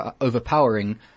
overpowering